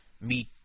meet